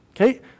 Okay